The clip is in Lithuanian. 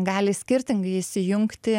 gali skirtingai įsijungti